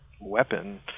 weapon